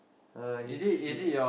uh he's see